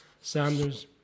Sanders